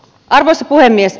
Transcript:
arvoisa puhemies